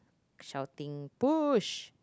shouting push